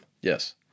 Yes